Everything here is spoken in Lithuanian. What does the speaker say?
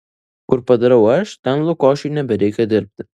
kur padarau aš ten lukošiui nebereikia dirbti